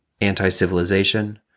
anti-civilization